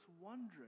wondering